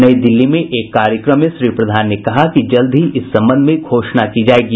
नई दिल्ली में एक कार्यक्रम में श्री प्रधान ने कहा कि जल्द ही इस संबंध में घोषणा की जायेगी